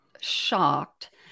shocked